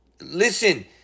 Listen